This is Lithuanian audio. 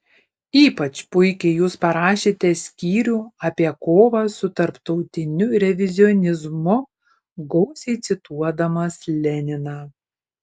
ypač puikiai jūs parašėte skyrių apie kovą su tarptautiniu revizionizmu gausiai cituodamas leniną